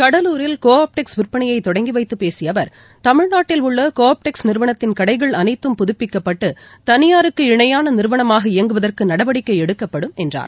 கடலூரில் Cooptex விற்பனையைதொடங்கிவைத்தபேசியஅவர் தமிழ்நாட்டில் உள்ளகோஆப்டெக்ஸ் நிறுவனத்தின் கடைகள் அனைத்தும் புதுப்பிக்கப்பட்டு தனியாருக்கு இணையானநிறுவனமாக இயங்குவதற்குநடவடிக்கைஎடுக்கப்படும் என்றார்